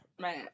man